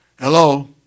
Hello